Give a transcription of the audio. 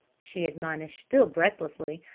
she admonished still breathlessly,